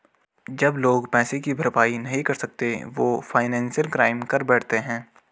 जब लोग पैसे की भरपाई नहीं कर सकते वो फाइनेंशियल क्राइम कर बैठते है